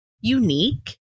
unique